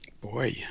Boy